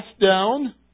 down